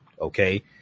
okay